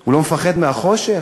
הוא לא מפחד מהחושך?